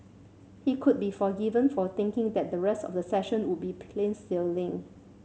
he could be forgiven for thinking that the rest of the session would be plain sailing